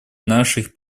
наших